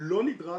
לא נדרש,